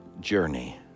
journey